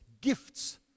gifts